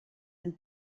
and